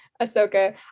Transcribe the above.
Ahsoka